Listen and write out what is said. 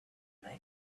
night